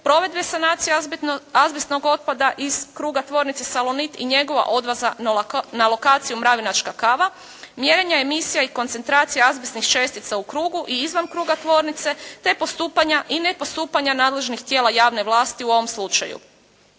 provedbe sanacije azbestnog otpada iz kruga tvornice "Salonit" i njegova odvoza na lokaciju Mravinačka kava, mjerenje emisija i koncentracija azbestnih čestica u krugu i izvan kruga tvornice te postupanja i nepostupanja nadležnih tijela javne vlasti u ovom slučaju.